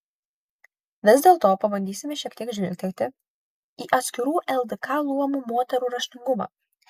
vis dėlto pabandysime šiek tiek žvilgtelėti į atskirų ldk luomų moterų raštingumą